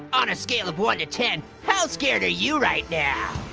on a scale of one to ten, how scared are you right now?